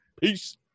peace